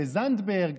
וזנדברג,